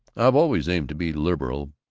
i've always aimed to be liberal.